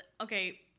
Okay